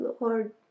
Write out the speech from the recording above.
Lord